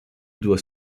doit